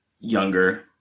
younger